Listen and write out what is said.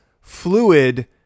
fluid